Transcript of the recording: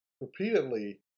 repeatedly